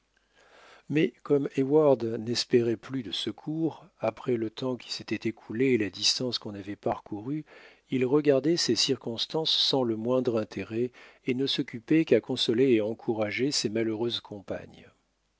mais comme heyward n'espérait plus de secours après le temps qui s'était écoulé et la distance qu'on avait parcourue il regardait ces circonstances sans le moindre intérêt et ne s'occupait qu'à consoler et encourager ses malheureuses compagnes